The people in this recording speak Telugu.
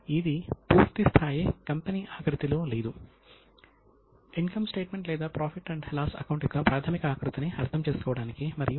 ఇప్పుడు అకౌంటింగ్ లేదా బుక్ కీపింగ్ యొక్క భావనతో సంబంధం కలిగి ఉంటుంది